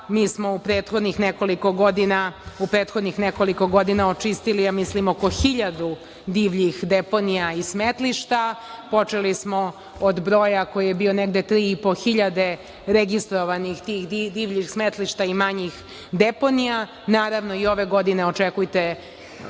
Mi smo u prethodnih nekoliko godina očistili oko hiljadu divljih deponija i smetlišta. Počeli smo od broja koji je bio negde 3.500 registrovanih tih divljih smetlišta i manjih deponija. Naravno, i ove godine očekujte